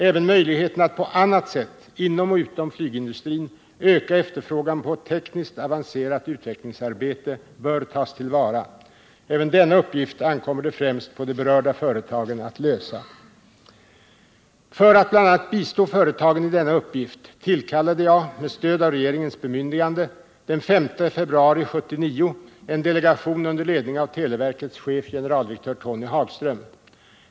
Även möjligheterna att på annat sätt inom och utom flygindustrin öka efterfrågan på tekniskt avancerat utvecklingsarbete bör tas till vara. Även denna uppgift ankommer det främst på de berörda företagen att lösa. För att bl.a. bistå företagen i denna uppgift tillkallade jag, med stöd av regeringens bemyndigande, den 5 februari 1979 en delegation under ledning av televerkets chef, generaldirektören Tony Hagström.